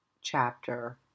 chapter